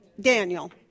Daniel